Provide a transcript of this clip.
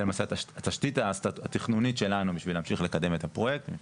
זה למעשה התשתית התכנונית שלנו בשביל להמשיך לקדם את הפרויקט.